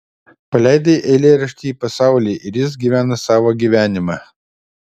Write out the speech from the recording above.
paleidai eilėraštį į pasaulį ir jis gyvena savo gyvenimą